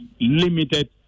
limited